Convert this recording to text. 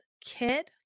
kid